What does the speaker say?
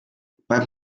beim